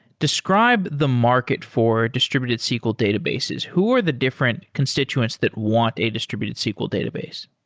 describe the market for distributed sql databases. who are the different constituents that want a distributed sql database?